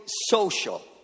social